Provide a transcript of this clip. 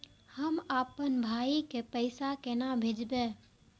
हम आपन भाई के पैसा केना भेजबे?